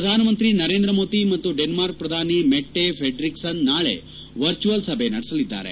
ಪ್ರಧಾನಮಂತ್ರಿ ನರೇಂದ್ರ ಮೋದಿ ಮತ್ತು ಡೆನ್ಲಾರ್ಕ್ ಪ್ರಧಾನಿ ಮೆಟ್ಟೆ ಫ್ರೆಡಿಕ್ಸನ್ ನಾಳೆ ವರ್ಚುಯಲ್ ಸಭೆ ನಡೆಸಲಿದ್ದಾರೆ